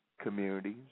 communities